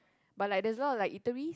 but like there's a lot like eateries